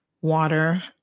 water